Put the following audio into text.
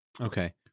Okay